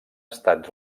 estat